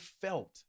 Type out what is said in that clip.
felt